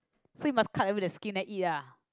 so you must cut away the skin then eat ah